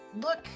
look